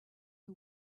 who